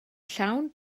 llawn